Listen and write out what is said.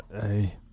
Hey